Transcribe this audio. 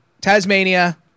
Tasmania